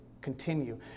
continue